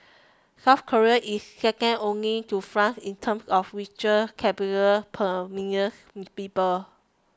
South Korea is second only to France in terms of ritual per millions people